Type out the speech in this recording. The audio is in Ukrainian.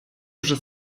вже